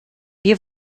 wir